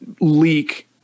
leak